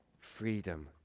Freedom